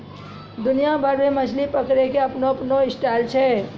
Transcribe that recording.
दुनिया भर मॅ मछली पकड़ै के आपनो आपनो स्टाइल छै